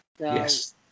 Yes